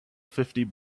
fifty